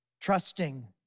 trusting